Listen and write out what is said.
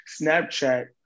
Snapchat